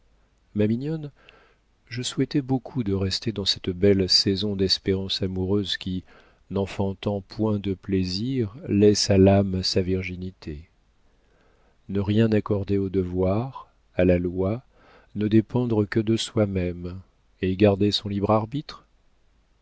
ma mignonne je souhaitais beaucoup de rester dans cette belle saison d'espérance amoureuse qui n'enfantant point de plaisir laisse à l'âme sa virginité ne rien accorder au devoir à la loi ne dépendre que de soi-même et garder son libre arbitre